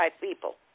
people